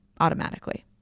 automatically